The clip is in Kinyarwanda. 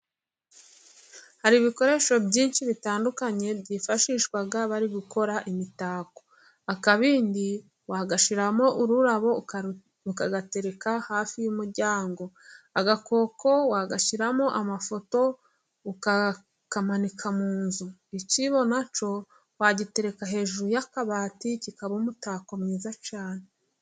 Hari ibikoresho byinshi bitandukanye byifashishwa bari gukora imitako, akabindi wagashyiramo ururabo ukagatereka hafi y'umuryango, agakoko wagashyiramo amafoto ukakamanika mu nzu, icyibo na cyo wagitereka hejuru y'akabati kikaba umutako mwiza cyane.